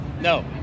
No